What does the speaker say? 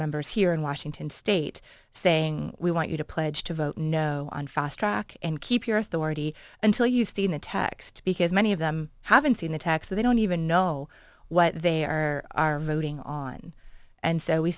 members here in washington state saying we want you to pledge to vote no on fast track and keep your authority until you see the text because many of them haven't seen the tax they don't even know what they are voting on and so we